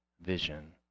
vision